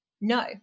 No